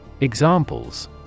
Examples